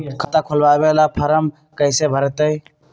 खाता खोलबाबे ला फरम कैसे भरतई?